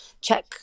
check